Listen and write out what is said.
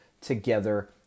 together